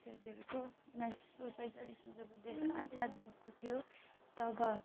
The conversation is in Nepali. त्यत्तिहरूको उन्नाइस सौ सैँतालिसमा जब देश आजाद भएको थियो तब